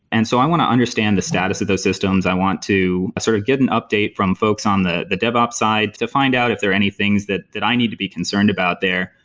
and so i want to understand the status of those systems. i want to sort of get an update from folks on the the devops side to find out if there're any things that that i need to be concerned about there.